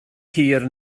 hir